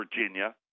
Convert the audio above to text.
Virginia